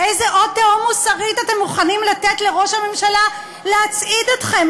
לאיזה עוד תהום מוסרית אתם מוכנים לתת לראש הממשלה להצעיד אתכם?